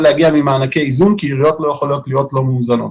להגיע ממענקי איזון כי עיריות לא יכולות להיות לא מאוזנות.